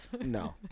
No